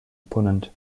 opponent